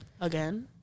Again